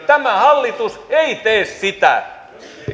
tämä hallitus ei tee sitä